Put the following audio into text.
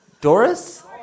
Doris